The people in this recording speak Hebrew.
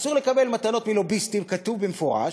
אסור לקבל מתנות מלוביסטים, כתוב במפורש.